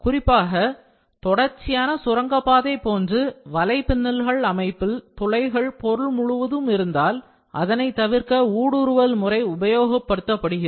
குறிப்பாக தொடர்ச்சியான சுரங்கப்பாதை போன்று வலைப்பின்னல்கள் அமைப்பில் துளைகள் பொருள் முழுவதும் இருந்தால் அதனை தவிர்க்க ஊடுருவல் முறை உபயோகிக்கப்படுகிறது